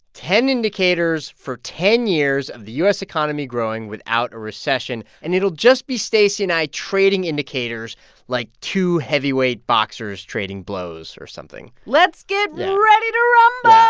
ten indicators for ten years of the u s. economy growing without a recession. and it'll just be stacey and i trading indicators like two heavyweight boxers trading blows or something let's get ready to rumble um ah